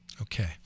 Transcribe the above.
Okay